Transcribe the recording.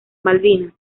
malvinas